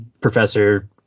professor